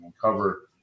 cover